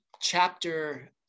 chapter